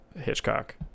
Hitchcock